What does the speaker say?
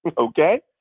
but okay?